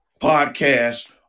podcast